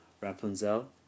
Rapunzel